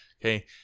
Okay